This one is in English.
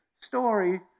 story